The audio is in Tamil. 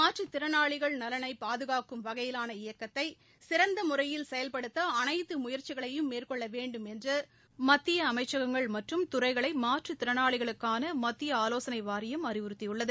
மாற்றுத்திறனாளிகள் நலன்களை பாதுகாக்கும் வகையிலான இயக்கத்தை சிறந்த முறையில் செயல்படுத்த அனைத்து முயற்சிகளையும் மேற்கொள்ள வேண்டுமென்று மத்திய அமைச்சகங்கள் மற்றும் துறைகளை மாற்றுத்திறனாளிகளுக்கான மத்திய ஆலோசனை வாரியம் அறிவுறத்தியுள்ளது